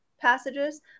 passages